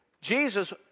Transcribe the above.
Jesus